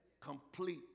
complete